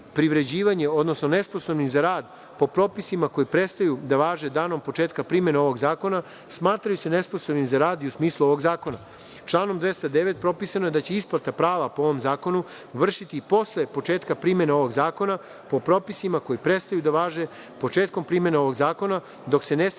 odnosno nesposobnim za rad po propisima koja prestaju da važe danom početka primene ovog zakona, smatraju se nesposobnim za rad i u smislu ovog zakona. Članom 209. propisano je da će se isplata prava po ovom zakonu vršiti i posle početka primene ovog zakona po propisima koja prestaju da važe početkom primene ovog zakona, dok se ne steknu